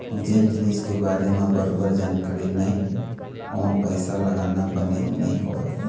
जेन जिनिस के बारे म बरोबर जानकारी नइ हे ओमा पइसा लगाना बने नइ होवय